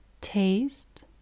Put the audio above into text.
taste